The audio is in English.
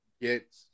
get